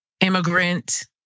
immigrant